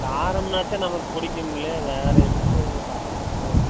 காரம்னால் தான் நமக்கு பிடிக்குங்கலே வேறு என்னத்தைங்க சாப்பிட்றது